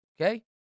Okay